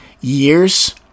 years